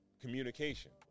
communication